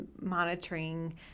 monitoring